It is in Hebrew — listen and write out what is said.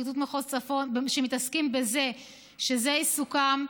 שזה עיסוקם,